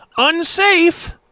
unsafe